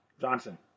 Johnson